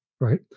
right